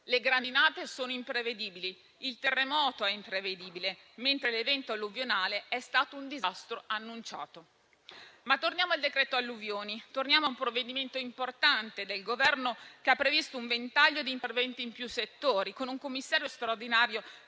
Le grandinate sono imprevedibili e il terremoto è imprevedibile, mentre l'evento alluvionale è stato un disastro annunciato. Torniamo però al decreto alluvioni, un provvedimento importante del Governo, che prevede un ventaglio di interventi in più settori, con un commissario straordinario